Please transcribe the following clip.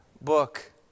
book